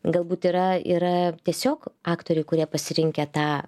galbūt yra yra tiesiog aktorių kurie pasirinkę tą